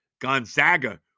Gonzaga